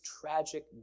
tragic